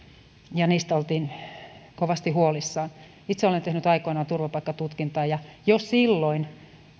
ja niistä oltiin kovasti huolissaan itse olen tehnyt aikoinaan turvapaikkatutkintaa ja jo silloin